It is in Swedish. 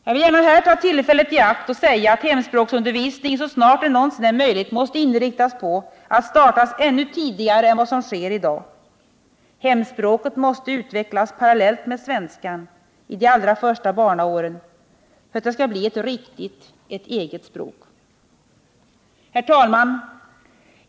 Jag vill här gärna ta tillfället i akt att säga att hemspråksundervisningen så snart det någonsin är möjligt måste inriktas på att starta ännu tidigare än vad som sker i dag. Hemspråket måste utvecklas parallellt med svenskan, redan i de allra första barnaåren, för att det skall kunna bli ett riktigt, ett eget språk. Herr talman!